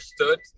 understood